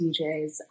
DJs